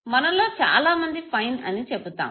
మనలో చాలా మంది ఫైన్ అని చెబుతాము